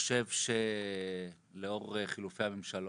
חושב שלאור חילופי הממשלות,